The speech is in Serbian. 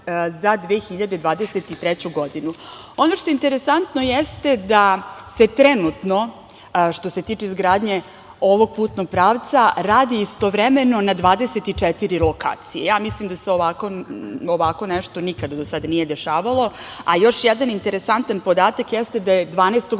za 2023. godinu. Ono što je interesantno jeste da se trenutno, što se tiče izgradnje ovog putnog pravca, radi istovremeno na 24 lokacije. Mislim da se ovako nešto nikada do sada nije dešavalo, a još jedan interesantan podatak jeste da je 12.